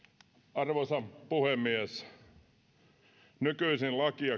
arvoisa puhemies nykyisin lakia